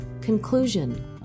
Conclusion